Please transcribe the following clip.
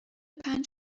پنج